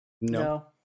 No